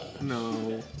No